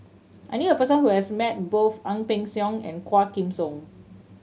I knew a person who has met both Ang Peng Siong and Quah Kim Song